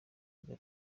rya